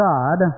God